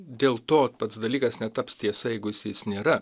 dėl to pats dalykas netaps tiesa jeigu jis jis nėra